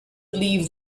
leave